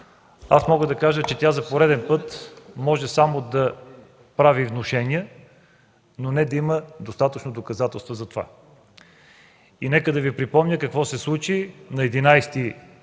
аз мога да кажа, че тя за пореден път може само да прави внушения, но не да има достатъчно доказателства за това. Нека да Ви припомня какво се случи на 11